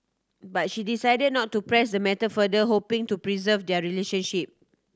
but she decided not to press the matter further hoping to preserve their relationship